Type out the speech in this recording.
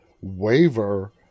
waver